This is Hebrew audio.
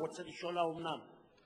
הוא רוצה לשאול האומנם.